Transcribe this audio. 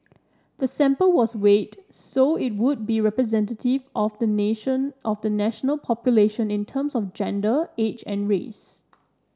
the sample was weighted so it would be representative of the nation of the national population in terms of gender age and race